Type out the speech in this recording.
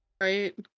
Right